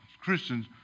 Christians